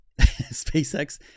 SpaceX